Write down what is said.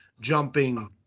jumping